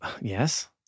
Yes